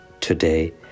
Today